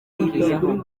ibintu